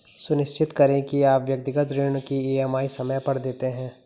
सुनिश्चित करें की आप व्यक्तिगत ऋण की ई.एम.आई समय पर देते हैं